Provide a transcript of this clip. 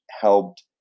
helped